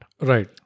Right